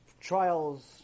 Trials